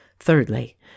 Thirdly